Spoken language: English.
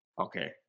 Okay